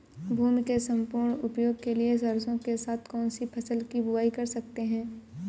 भूमि के सम्पूर्ण उपयोग के लिए सरसो के साथ कौन सी फसल की बुआई कर सकते हैं?